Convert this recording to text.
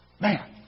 Man